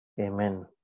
Amen